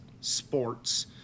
sports